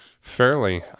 Fairly